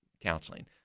counseling